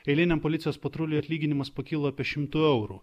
eiliniam policijos patruliui atlyginimas pakilo apie šimtu eurų